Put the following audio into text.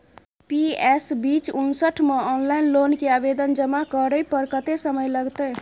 PS बीच उनसठ म ऑनलाइन लोन के आवेदन जमा करै पर कत्ते समय लगतै?